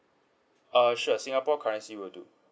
uh sure singapore currency will do